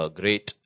great